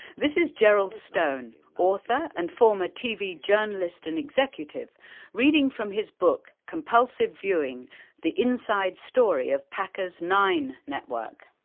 this is gerald stone, author and former tv journalist and executive reading from his book compulsive viewing the inside story of packer's nine network.